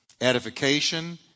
edification